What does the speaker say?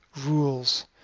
rules